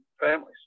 families